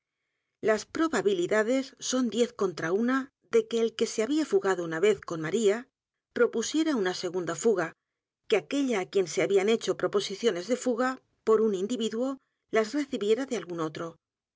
las probabilidades son diez contra una de que el que sejiabía fugado una vez con maría propusiera una segunda fuga que aquella á quien se habían hecho proposiciones de fuga por un individuo las recibiera de algún otro